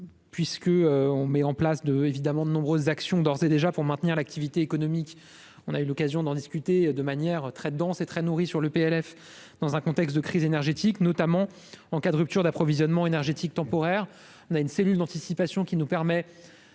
puisque, on met en place de évidemment de nombreuses actions d'ores et déjà, pour maintenir l'activité économique, on a eu l'occasion d'en discuter de manière très dense et très nourrie sur le PLF dans un contexte de crise énergétique, notamment en cas de rupture d'approvisionnement énergétique temporaire, on a une cellule d'anticipation qui nous permet